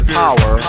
power